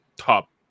top